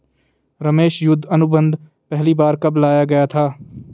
रमेश युद्ध अनुबंध पहली बार कब लाया गया था?